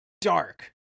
dark